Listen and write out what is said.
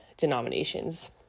denominations